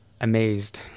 Amazed